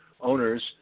owners